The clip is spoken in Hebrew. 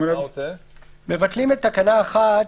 מבטלים את תקנה 1: